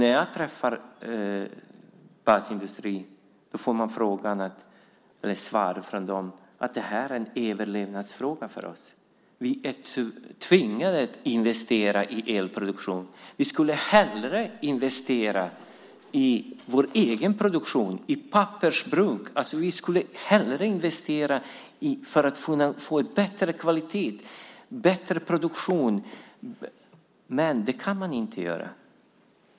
När jag träffar basindustrins företrädare får jag svaret att det är en överlevnadsfråga. De säger att de är tvingade att investera i elproduktion men hellre skulle investera i den egna produktionen, i pappersbruk till exempel. Man skulle hellre investera för bättre kvalitet och bättre produktion, men det kan man inte göra.